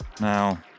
Now